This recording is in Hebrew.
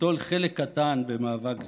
ליטול חלק קטן במאבק זה.